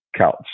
couch